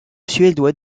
suédois